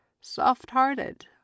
soft-hearted